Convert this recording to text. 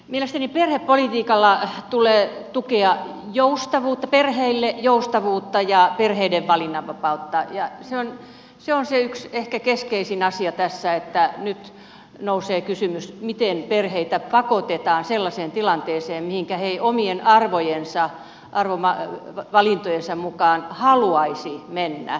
mielestäni perhepolitiikalla tulee tukea perheille joustavuutta ja perheiden valinnanvapautta ja se on ehkä se yksi keskeisin asia tässä että nyt nousee kysymys miten perheitä pakotetaan sellaiseen tilanteeseen mihinkä he eivät omien arvojensa arvovalintojensa mukaan haluaisi mennä